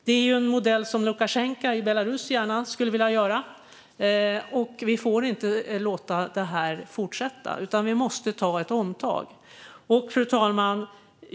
Det är en modell som Lukasjenko i Belarus skulle vilja använda. Vi får inte låta det här fortsätta, utan vi måste ta ett omtag. Fru talman!